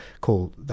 call